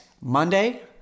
monday